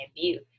view